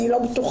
אני לא בטוחה,